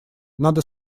надо